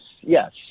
Yes